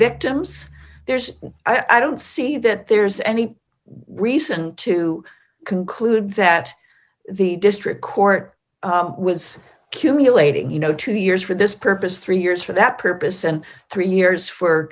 victims there's i don't see that there's any reason to conclude that the district court was accumulating you know two years for this purpose three years for that purpose and three years for